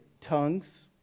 tongues